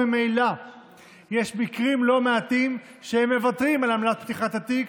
וממילא יש מקרים לא מעטים שהם מוותרים על עמלת פתיחת התיק,